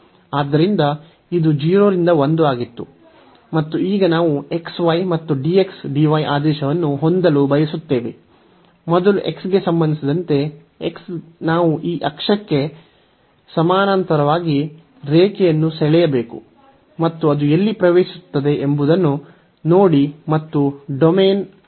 ಆದ್ದರಿಂದ ಇದು 0 ರಿಂದ 1 ಆಗಿತ್ತು ಮತ್ತು ಈಗ ನಾವು xy ಮತ್ತು dx dy ಆದೇಶವನ್ನು ಹೊಂದಲು ಬಯಸುತ್ತೇವೆ ಮೊದಲು x ಗೆ ಸಂಬಂಧಿಸಿದಂತೆ ನಾವು ಈ x ಅಕ್ಷಕ್ಕೆ ಸಮಾನಾಂತರವಾಗಿ ರೇಖೆಯನ್ನು ಸೆಳೆಯಬೇಕು ಮತ್ತು ಅದು ಎಲ್ಲಿ ಪ್ರವೇಶಿಸುತ್ತದೆ ಎಂಬುದನ್ನು ನೋಡಿ ಮತ್ತು ಡೊಮೇನ್ ಅನ್ನು ಬಿಡಿ